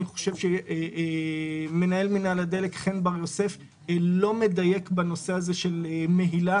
אני חושב שמנהל מינהל הדלק חן בר יוסף לא מדייק בנושא הזה של מהילה.